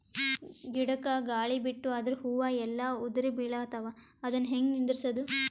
ಗಿಡಕ, ಗಾಳಿ ಬಿಟ್ಟು ಅದರ ಹೂವ ಎಲ್ಲಾ ಉದುರಿಬೀಳತಾವ, ಅದನ್ ಹೆಂಗ ನಿಂದರಸದು?